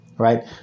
Right